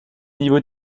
niveau